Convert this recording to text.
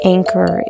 Anchor